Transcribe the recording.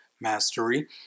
mastery